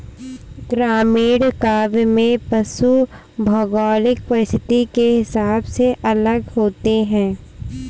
ग्रामीण काव्य में पशु भौगोलिक परिस्थिति के हिसाब से अलग होते हैं